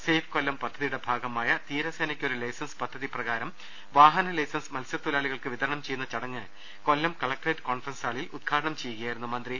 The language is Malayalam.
സേഫ് കൊല്ലം പദ്ധതിയുടെ ഭാഗമായ തീരസേനയ്ക്കൊരു ലൈസൻസ് പദ്ധതി പ്രകാരം വാഹന ലൈസൻസ് മത്സ്യത്തൊഴിലാളികൾക്ക് വിതരണം ചെയ്യുന്ന ചടങ്ങ് കൊല്ലം കളക്ടറേറ്റ് കോൺഫറൻസ് ഹാളിൽ ഉദ്ഘാടനം ചെയ്യുകയായിരുന്നു മന്ത്രി